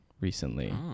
recently